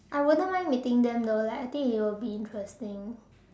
I wouldn't mind meeting them though like I think it will be interesting